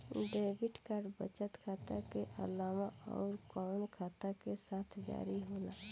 Debit card बचत खाता के अलावा अउरकवन खाता के साथ जारी होला?